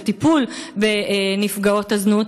לטיפול בנפגעות הזנות.